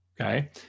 okay